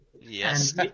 Yes